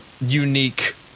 unique